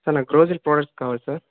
sir నాకు grocery products కావాలి sir